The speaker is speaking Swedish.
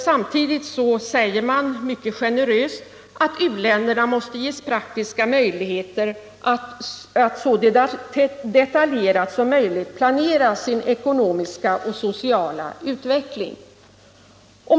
Samtidigt säger man, mycket generöst, att u-länderna måste ges praktiska möjligheter att så detaljerat som möjligt planera sin ekonomiska och sociala utveckling.